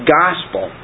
gospel